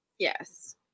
Yes